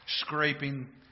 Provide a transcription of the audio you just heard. Scraping